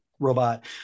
robot